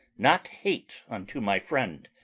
not hate unto my friend,